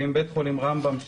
אם בית חולים רמב"ם,